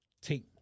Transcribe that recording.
take